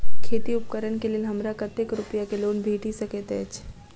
खेती उपकरण केँ लेल हमरा कतेक रूपया केँ लोन भेटि सकैत अछि?